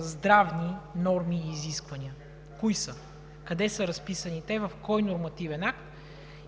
здравни норми и изисквания. Кои са? Къде са разписани те, в кой нормативен акт?